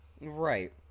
Right